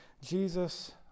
Jesus